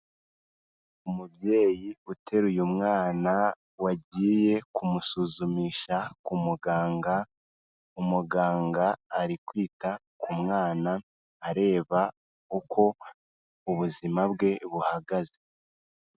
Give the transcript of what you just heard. Umubyeyi uteruye mwana wagiye kumusuzumisha ku muganga, umuganga ari kwita ku mwana areba uko ubuzima bwe buhagaze.